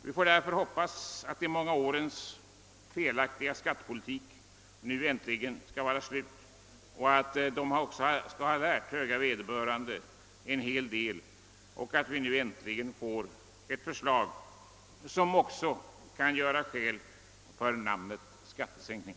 Vi får därför hoppas att de många årens felaktiga skattepolitik nu äntligen är slut och att de har lärt höga vederbörande en hel del, så att vi nu äntligen får ett förslag som innebär en verklig skattesänkning.